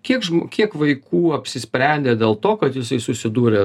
kiek žm kiek vaikų apsisprendė dėl to kad jisai susidūrė